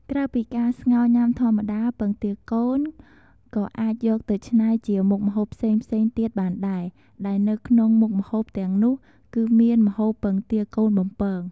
ក្រៅពីការស្ងោរញ៉ាំធម្មតា ពងទាកូនក៏អាចយកទៅច្នៃជាមុខម្ហូបផ្សេងៗទៀតបានដែរ ដែលនៅក្នុងមុខម្ហូបទាំងនោះគឺមាន ម្ហូបពងទាកូនបំពង។